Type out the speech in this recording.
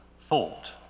thought